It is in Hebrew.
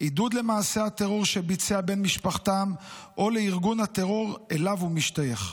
עידוד למעשה הטרור שביצע בן משפחתם או לארגון הטרור שאליו הוא משתייך.